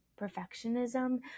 perfectionism